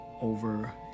over